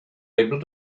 able